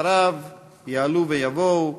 אחריו יעלו ויבואו